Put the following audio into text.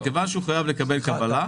כי הוא חייב לקבל קבלה.